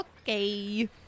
Okay